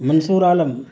منصور عالم